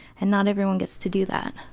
and not everyone gets to do that.